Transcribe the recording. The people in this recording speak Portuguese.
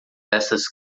essas